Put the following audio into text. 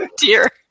dear